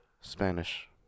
spanish